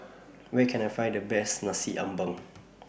Where Can I Find The Best Nasi Ambeng